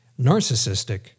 narcissistic